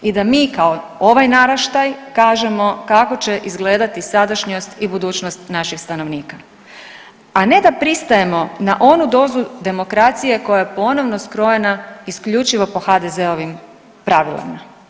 I da mi kao ovaj naraštaj kažemo kako će izgledati sadašnjost i budućnost naših stanovnika, a ne da pristajemo na onu dozu demokracije koja je ponovno skrojena isključivo po HDZ-ovim pravilima.